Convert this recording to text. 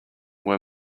were